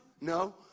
No